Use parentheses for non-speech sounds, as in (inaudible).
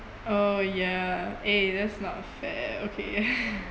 oh ya eh that's not fair okay (laughs)